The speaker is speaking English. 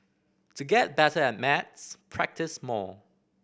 to get better at maths practise more